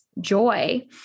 joy